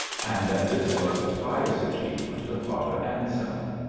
and that this was the pious achievement of father anselm.